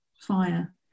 fire